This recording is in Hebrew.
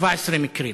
17 מקרים.